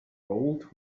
gold